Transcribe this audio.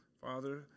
Father